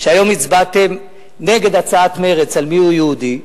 היום הצבעתם נגד הצעת מרצ על מיהו יהודי,